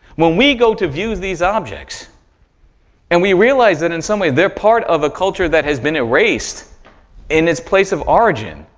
when we go to view these objects and we realize that in some way they're part of a culture that has been erased in its place of origin,